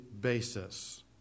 basis